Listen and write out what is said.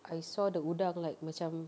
I saw the udang like macam